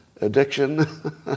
addiction